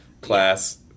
class